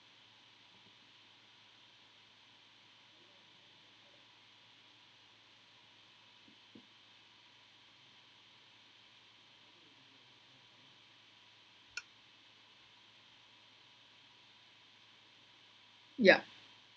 yup